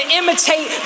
imitate